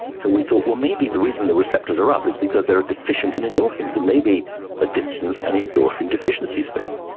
so we thought, well, maybe the reason the receptors are up is because they are deficient in endorphins and maybe addiction is an endorphin deficiency state,